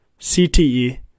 CTE